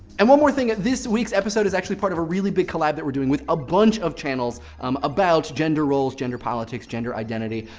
and one more thing. this week's episode is actually part of a really big collab that we're doing with a bunch of channels um about gender roles, gender politics, gender identity.